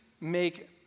make